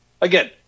Again